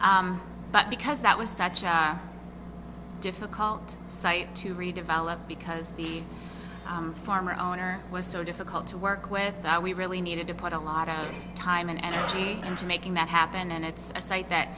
well but because that was such a difficult site to redevelop because the farmer owner was so difficult to work with we really needed to put a lot of time and energy into making that happen and it's a site that